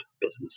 business